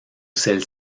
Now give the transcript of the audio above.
celle